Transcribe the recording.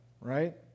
right